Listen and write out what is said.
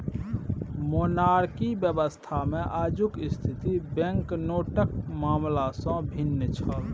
monarchy व्यवस्थामे आजुक स्थिति बैंकनोटक मामला सँ भिन्न छल